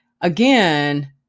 again